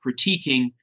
critiquing